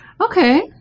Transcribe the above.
Okay